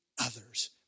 others